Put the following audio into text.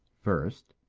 first,